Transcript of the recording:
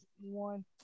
one